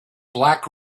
black